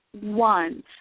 one